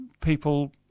people